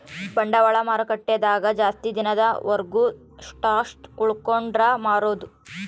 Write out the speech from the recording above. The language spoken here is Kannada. ಬಂಡವಾಳ ಮಾರುಕಟ್ಟೆ ದಾಗ ಜಾಸ್ತಿ ದಿನದ ವರ್ಗು ಸ್ಟಾಕ್ಷ್ ಉಳ್ಸ್ಕೊಂಡ್ ಮಾರೊದು